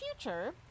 future